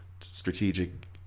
strategic